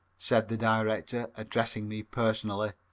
said the director, addressing me personally,